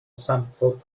sampl